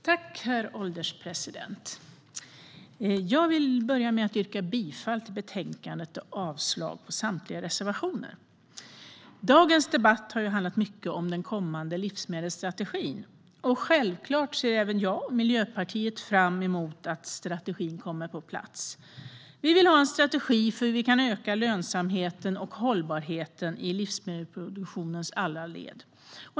Herr ålderspresident! Jag vill börja med att yrka bifall till förslaget i betänkandet och avslag på samtliga reservationer. Dagens debatt har handlat mycket om den kommande livsmedelsstrategin. Självklart ser även jag och Miljöpartiet fram emot att strategin kommer på plats. Vi vill ha en strategi för att öka lönsamheten och hållbarheten i livsmedelsproduktionens alla led.